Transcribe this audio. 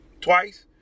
twice